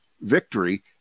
victory